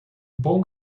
bom